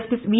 justice V